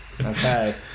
Okay